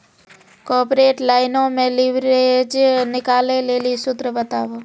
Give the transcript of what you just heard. corporate लाइनो मे leverage निकालै लेली सूत्र बताबो